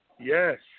Yes